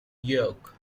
york